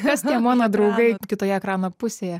kas tie mano draugai kitoje ekrano pusėje